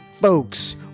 folks